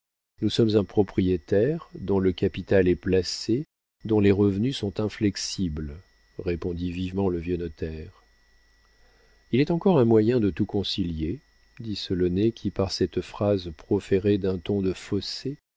nous sommes un propriétaire dont le capital est placé dont les revenus sont inflexibles répondit vivement le vieux notaire il est encore un moyen de tout concilier dit solonet qui par cette phrase proférée d'un ton de fausset